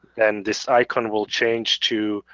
and this icon will change to